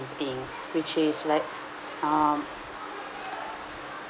~ thing which is like um